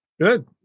Good